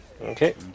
Okay